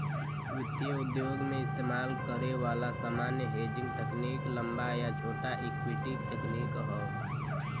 वित्तीय उद्योग में इस्तेमाल करे वाला सामान्य हेजिंग तकनीक लंबा या छोटा इक्विटी तकनीक हौ